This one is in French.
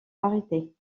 arrêtés